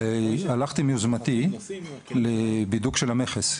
הלכתי מיוזמתי לבידוק של המכס.